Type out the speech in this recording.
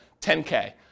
10K